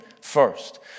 first